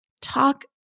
Talk